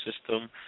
system